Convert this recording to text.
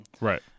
Right